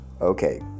Okay